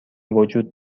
وجود